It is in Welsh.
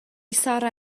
sarra